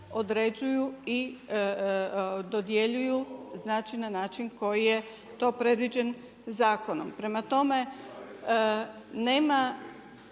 određuju i dodjeljuju znači na način koji je to predviđen zakonom. Prema tome nema